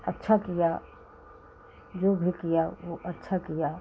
अच्छा किया जो भी किया वो अच्छा किया